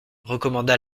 recommanda